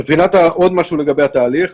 עוד משהו לגבי התהליך.